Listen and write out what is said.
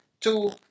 Two